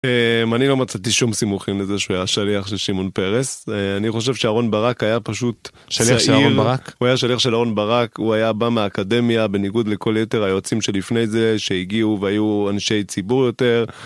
אני לא מצאתי שום סימוכים לזה שהיה השליח של שמעון פרס, אני חושב שאהרון ברק היה פשוט שליח של אהרון ברק, הוא היה שליח של אהרון ברק, הוא היה בא מהאקדמיה בניגוד לכל יותר היועצים שלפני זה שהגיעו והיו אנשי ציבור יותר.